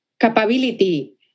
capability